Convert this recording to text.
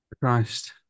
Christ